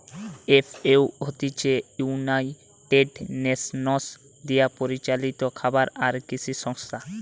FAO হতিছে United Nations দিয়া পরিচালিত খাবার আর কৃষি সংস্থা